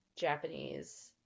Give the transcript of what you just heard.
Japanese